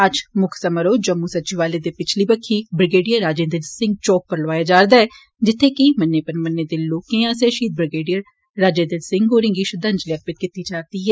अज्ज मुक्ख समारोह जम्मू सचिवालय दे पिच्छली बक्खी ब्रिगेडियर रजिंदर सिंह चौक पर लोआया जा'रदा ऐ जित्थें केईं मन्ने परमन्ने दे लोकें आसेआ शहीद ब्रिगेडियर रजिंदर सिंह होरें'गी श्रद्धांजलि अर्पिंत कीती जारदी ऐ